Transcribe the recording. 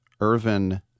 Irvin